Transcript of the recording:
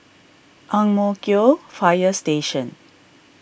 Ang Mo Kio Fire Station